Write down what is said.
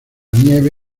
nieve